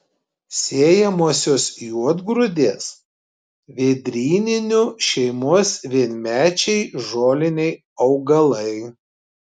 sėjamosios juodgrūdės vėdryninių šeimos vienmečiai žoliniai augalai